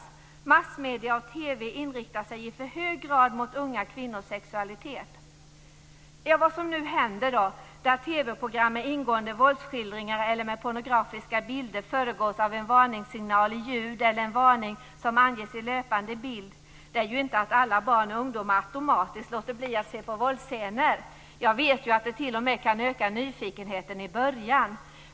TV och andra massmedier inriktar sig i för hög grad på unga kvinnors sexualitet. Vad som nu händer är att TV-program med ingående våldsskildringar eller pornografiska bilder föregås av en varningssignal med ljud eller av en varning som visas i löpande bild. Det innebär inte att alla barn och ungdomar automatiskt låter bli att se på våldsscener. Jag vet att det t.o.m. kan öka nyfikenheten i början.